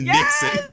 Nixon